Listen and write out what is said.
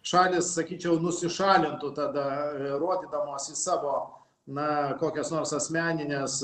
šalys sakyčiau nusišalintų tada rodydamosi savo na kokias nors asmenines